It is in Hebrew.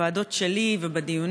בוועדות שלי ובדיונים,